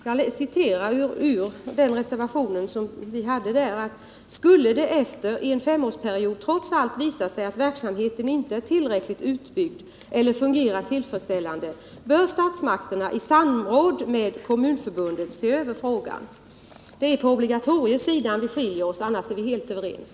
Jag citerar ur reservatio ”Skulle det efter en S-årsperiod trots allt visa sig att verksamheten inte är tillräckligt utbyggd eller fungerar tillfredsställande bör statsmakterna i samråd med kommunförbundet se över frågan.” Det är när det gäller obligatoriet som vi skiljer oss åt. I övrigt är vi helt överens.